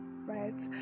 right